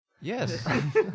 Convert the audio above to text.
Yes